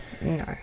No